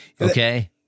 Okay